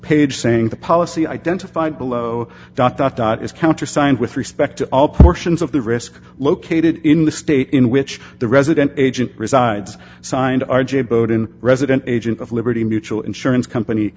page saying the policy identified below dot dot dot is counter signed with respect to all portions of the risk located in the state in which the resident agent resides signed r j bowden resident agent of liberty mutual insurance company